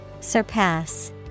Surpass